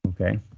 Okay